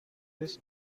this